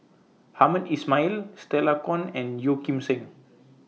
Hamed Ismail Stella Kon and Yeo Kim Seng